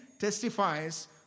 testifies